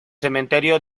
crematorio